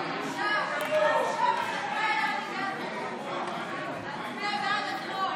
ההצעה להעביר לוועדה את הצעת חוק לביטול